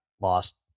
lost